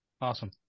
Awesome